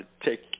take